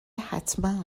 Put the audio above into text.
حتما